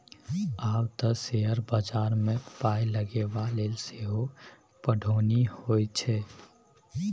आब तँ शेयर बजारमे पाय लगेबाक लेल सेहो पढ़ौनी होए छै